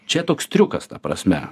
čia toks triukas ta prasme